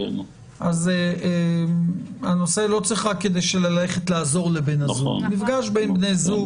אז הנושא צריך להיות לא רק לעזור לבן זוג אלא מפגש עם בן זוג